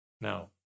now